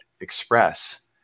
express